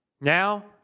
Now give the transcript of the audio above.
Now